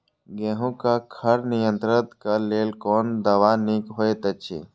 गेहूँ क खर नियंत्रण क लेल कोन दवा निक होयत अछि?